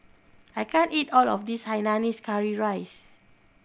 I can't eat all of this hainanese curry rice